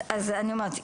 אז אני אומרת,